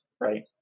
right